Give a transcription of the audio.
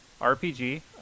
RPG